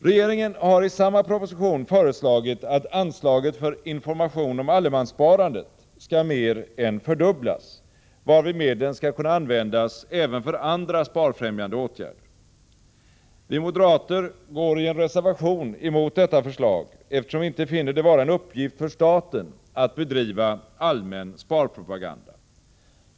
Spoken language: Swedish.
Regeringen har i samma proposition föreslagit att anslaget för information om allemanssparandet skall mer än fördubblas, varvid medlen skall kunna användas även för andra sparfrämjande åtgärder. Vi moderater går i en reservation emot detta förslag, eftersom vi inte finner det vara en uppgift för staten att bedriva allmän sparpropaganda.